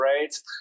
rates